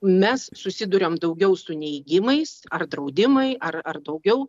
mes susiduriam daugiau su neigimais ar draudimai ar ar daugiau